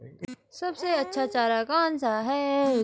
सबसे अच्छा चारा कौन सा है?